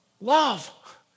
love